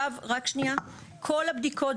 כל הבדיקות,